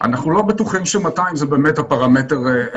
אנחנו לא בטוחים ש-200 זה באמת הפרמטר הנכון.